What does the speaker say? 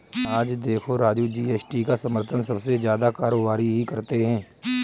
आज देखो राजू जी.एस.टी का समर्थन सबसे ज्यादा कारोबारी ही करते हैं